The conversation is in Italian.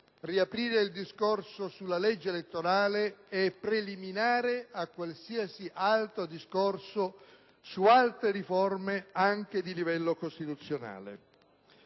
riaprire il discorso sulla legge elettorale è preliminare a qualsiasi altro discorso su altre riforme, anche di livello costituzionale.